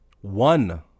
One